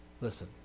Listen